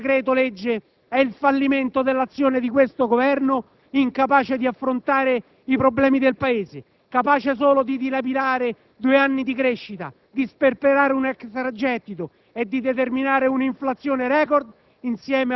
il decreto-legge in esame è il fallimento dell'azione di questo Governo, incapace di affrontare i problemi del Paese, capace solo di dilapidare due anni di crescita, di sperperare un extragettito e di determinare un'inflazione *record*